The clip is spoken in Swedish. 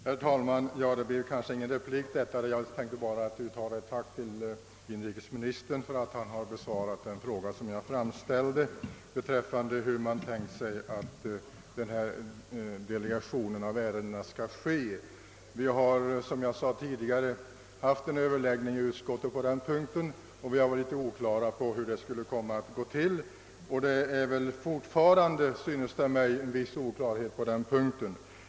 Herr talman! Jag skall inte komma med någon direkt replik, utan önskar hara uttala ett tack till inrikesministern för att han har besvarat den fråga som jag har framställt beträffande hur man tänkt sig att delegeringen av ärendena skall ske. Som jag sade tidigare, har vi haft överläggning i utskottet på den punkten. Vi har dock inte fått klart för oss hur det hela skulle gå till, och fortfarande synes mig en viss oklarhet råda på den punkten.